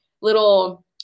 little